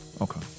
Okay